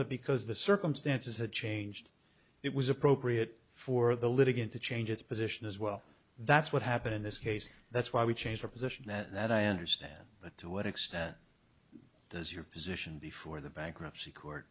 that because the circumstances had changed it was appropriate for the litigant to change its position as well that's what happened in this case that's why we changed our position that i understand but to what extent does your position before the bankruptcy court